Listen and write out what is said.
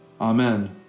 Amen